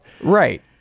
Right